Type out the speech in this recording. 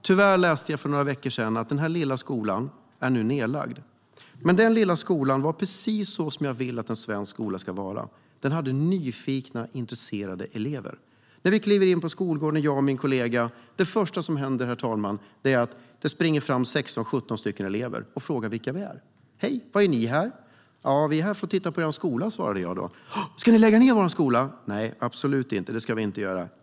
Tyvärr läste jag för några veckor sedan att den lilla skolan nu är nedlagd. Den lilla skolan var precis så som jag vill att en svensk skola ska vara. Den hade nyfikna, intresserade elever. När vi kliver in på skolgården, jag och min kollega, är det första som händer, herr talman, att det springer fram 16-17 elever och frågar vilka vi är. - Hej, vilka är ni? - Vi är här för att titta på er skola, svarade jag. - Ska ni lägga ned vår skola? - Nej, absolut inte, det ska vi inte göra.